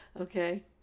Okay